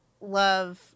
love